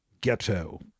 ghetto